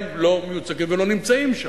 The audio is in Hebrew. הם לא מיוצגים ולא נמצאים שם.